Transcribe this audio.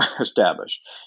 established